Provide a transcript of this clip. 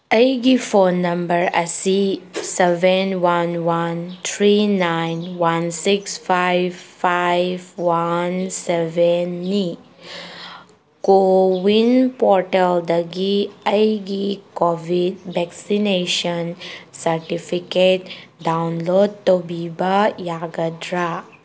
ꯑꯩꯒꯤ phone number ꯑꯁꯤ seven one one three nine one six five five one ꯁꯚꯦꯟꯅꯤ CoWIN ꯄꯣꯔꯇꯦꯜꯗꯒꯤ ꯑꯩꯒꯤ ꯀꯣꯚꯤꯠ ꯚꯦꯛꯁꯤꯅꯦꯁꯟ ꯁꯔꯇꯤꯐꯤꯀꯦꯠ ꯗꯥꯎꯟꯂꯣꯠ ꯇꯧꯕꯤꯕ ꯌꯥꯒꯗ꯭ꯔ